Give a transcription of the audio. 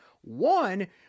One